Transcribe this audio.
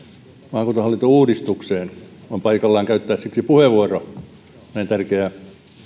maakuntahallintouudistukseen on paikallaan käyttää siksi puheenvuoro kun näin tärkeä